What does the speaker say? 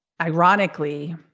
ironically